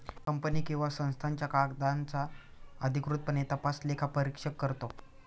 company किंवा संस्थांच्या कागदांचा अधिकृतपणे तपास लेखापरीक्षक करतो